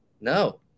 No